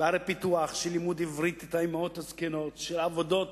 בערי פיתוח, של לימוד האמהות הזקנות עברית, עבודות